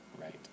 Right